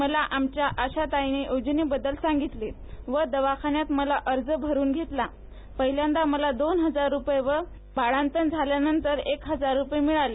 मला आमच्या आशाताईनी योजनेबद्दल सांगितले व दवाखान्यात अर्ज भरून घेतला पहिल्यांदा दोन हजार रुपये व बाळंतपणानंतर एका हजार रुपये मिळाले